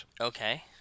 Okay